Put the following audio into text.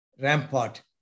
rampart